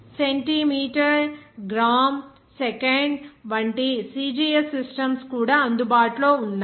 centimetre gram second వంటి CGS systems కూడా అందుబాటులో ఉన్నాయి